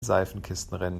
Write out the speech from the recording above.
seifenkistenrennen